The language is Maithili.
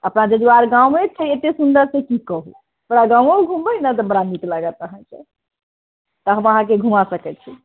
अपना जजुआर गावेँ छै एत्तेक सुन्दर से की कहू तऽ पूरा गावोंँ घूमबै ने बड़ा नीक लागत अहाँकेँ तऽ हम अहाँकेँ घुमा सकैत छी